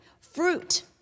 fruit